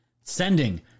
sending